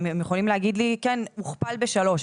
הם יכולים להגיד לי, כן, הוכפל בשלוש.